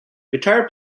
guitar